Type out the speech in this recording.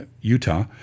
Utah